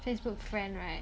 facebook friend right